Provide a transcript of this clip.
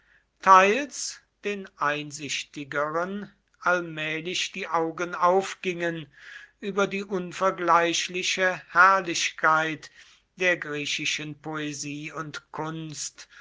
teils den einsichtigeren allmählich die augen aufgingen über die unvergleichliche herrlichkeit der griechischen poesie und kunst